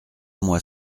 moi